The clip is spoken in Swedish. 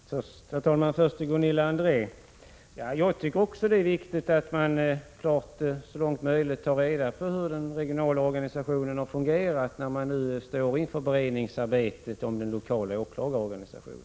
Herr talman! Först vill jag säga till Gunilla André att också jag tycker det är viktigt att man så långt möjligt tar reda på hur den regionala organisationen har fungerat, när man nu står inför ett beredningsarbete av den lokala åklagarorganisationen.